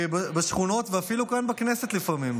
בשכונות, ואפילו כאן בכנסת לפעמים.